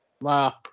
Wow